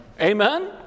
Amen